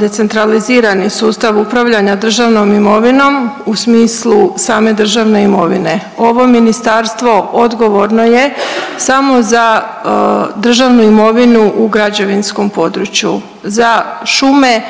decentralizirani sustav upravljanja državnom imovinom u smislu same državne imovine. Ovo ministarstvo odgovorno je samo za državnu imovinu u građevinskom području. Za šume,